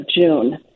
June